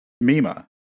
Mima